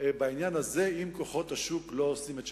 בעניין הזה, אם כוחות השוק לא עושים את שלהם.